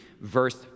verse